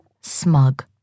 smug